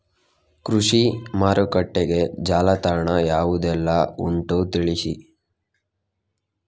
ಕೃಷಿ ಮಾರುಕಟ್ಟೆಗೆ ಜಾಲತಾಣ ಯಾವುದೆಲ್ಲ ಉಂಟು ತಿಳಿಸಿ